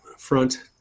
front